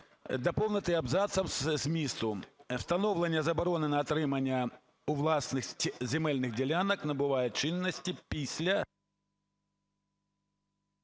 доповнити … абзацом … змісту: "Встановлення заборони на отримання у власність земельних ділянок набуває чинності після…"